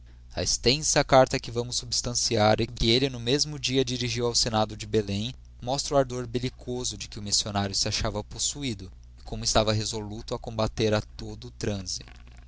a extensa carta que vamos substanciar e que elle no mesmo dia dirigiu ao senado de belém mostra o ardor bellicoso de que o missionário se achava possuído e como estava resoluto a combater a todo